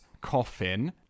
coffin